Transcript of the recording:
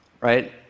right